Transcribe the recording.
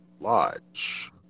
lodge